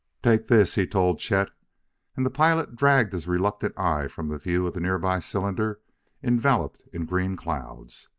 take this, he told chet and the pilot dragged his reluctant eyes from the view of the nearby cylinder enveloped in green clouds.